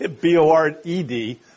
B-O-R-E-D